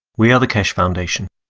we are the keshe foundation.